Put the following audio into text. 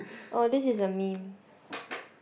oh this is a meme